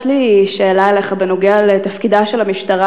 יש לי שאלה אליך בנוגע לתפקידה של המשטרה